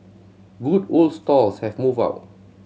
good old stalls have moved out